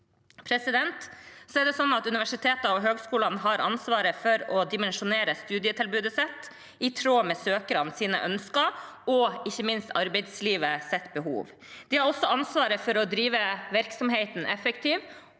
ambisjon å hevde oss i. Universitetene og høgskolene har ansvar for å dimensjonere studietilbudet sitt i tråd med søkernes ønsker og ikke minst arbeidslivets behov. De har også ansvaret for å drive virksomheten effektivt